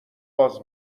باز